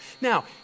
Now